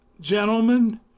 gentlemen